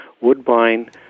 Woodbine